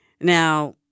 Now